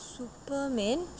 superman